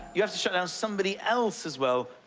you have to shut down somebody else, as well.